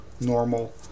normal